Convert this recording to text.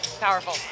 powerful